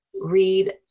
Read